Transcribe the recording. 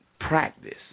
practice